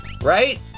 Right